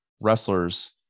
wrestlers